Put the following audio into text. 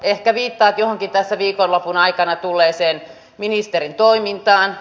ehkä viittaat johonkin tässä viikonlopun aikana tulleeseen ministerin toimintaan